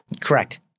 Correct